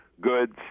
goods